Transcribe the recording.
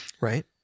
Right